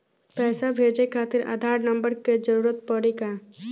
पैसे भेजे खातिर आधार नंबर के जरूरत पड़ी का?